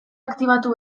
aktibatu